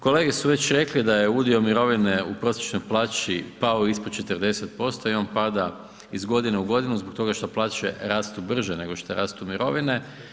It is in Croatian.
Kolege su već rekli da je udio mirovine u prosječnoj plaći pao ispod 40% i on pada iz godine u godinu zbog toga što plaće rastu brže nego što rastu mirovine.